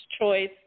Choice